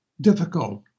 difficult